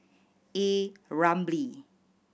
A Ramli